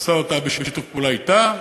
שעשה בשיתוף פעולה אתה,